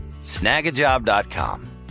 Snagajob.com